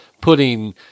putting